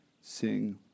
sing